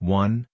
one